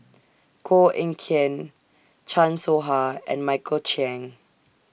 Koh Eng Kian Chan Soh Ha and Michael Chiang